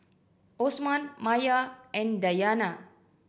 Osman Maya and Dayana